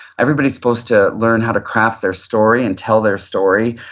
everybody's supposed to learn how to craft their story and tell their story.